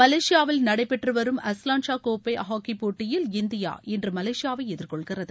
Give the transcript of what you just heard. மலேஷியாவில் நடைபெற்றுவரும் Azlan Shah கோப்பை hockey போட்டியில் இந்தியா இன்று மலேஷியாவை எதிர்கொள்கிறது